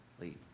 leave